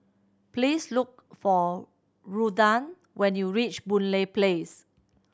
please look for Ruthann when you reach Boon Lay Place